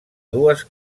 dues